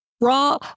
raw